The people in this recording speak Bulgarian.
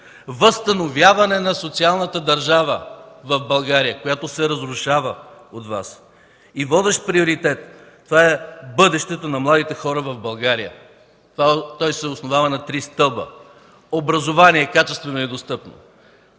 възстановяване на социалната държава в България, която се разрушава от Вас. Водещ приоритет е бъдещето на младите хора в България. Той се основава на три стълба: образование – качествено и достъпно,